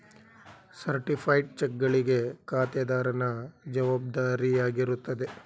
certified ಚೆಕ್ಗಳಿಗೆ ಖಾತೆದಾರನ ಜವಾಬ್ದಾರಿಯಾಗಿರುತ್ತದೆ